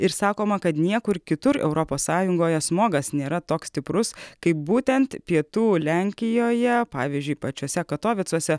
ir sakoma kad niekur kitur europos sąjungoje smogas nėra toks stiprus kaip būtent pietų lenkijoje pavyzdžiui pačiuose katovicuose